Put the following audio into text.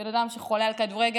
בן אדם שחולה על כדורגל,